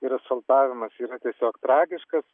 ir asfaltavimas yra tiesiog tragiškas